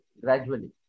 gradually